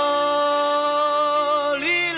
Holy